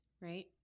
right